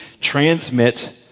transmit